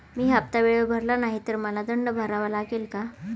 मी हफ्ता वेळेवर भरला नाही तर मला दंड भरावा लागेल का?